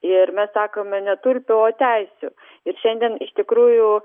ir mes sakome ne turpių o teisių ir šiandien iš tikrųjų